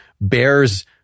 bears